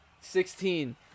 Sixteen